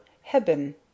heben